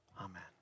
amen